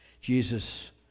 Jesus